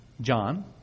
John